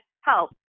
help